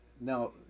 now